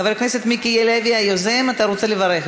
חבר הכנסת מיקי לוי, היוזם, אתה רוצה לברך.